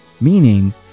meaning